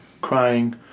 crying